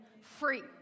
free